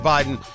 Biden